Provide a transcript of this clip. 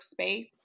workspace